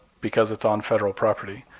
because it's on federal property.